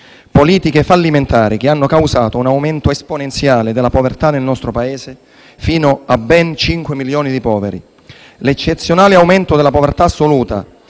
Politiche fallimentari, che hanno causato un aumento esponenziale della povertà nel nostro Paese; fino a ben cinque milioni di poveri. L'eccezionale aumento della povertà assoluta,